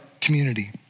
community